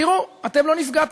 תראו, אתם לא נפגעתם.